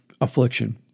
affliction